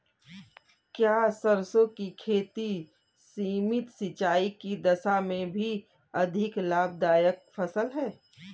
क्या सरसों की खेती सीमित सिंचाई की दशा में भी अधिक लाभदायक फसल है?